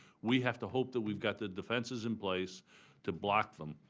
we have to hope that we've got the defenses in place to block them.